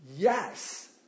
Yes